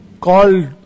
called